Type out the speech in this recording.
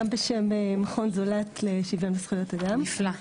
גם בשם מכון זולת לשוויון וזכויות אדם.